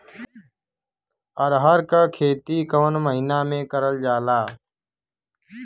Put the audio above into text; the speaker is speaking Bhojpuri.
अरहर क खेती कवन महिना मे करल जाला?